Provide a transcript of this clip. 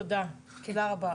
תודה רבה.